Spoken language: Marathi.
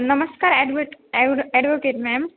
नमस्कार ॲडवट ॲव ॲडोकेट मॅम